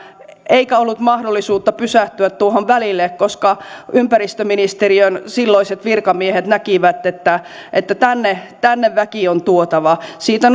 eikä ollut mahdollisuutta pysähtyä tuohon välille koska ympäristöministeriön silloiset virkamiehet näkivät että että tänne tänne väki on tuotava siitä